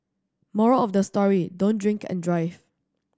moral of the story don't drink and drive